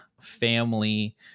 family